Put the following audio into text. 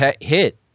hit